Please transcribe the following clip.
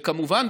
וכמובן,